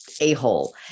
a-hole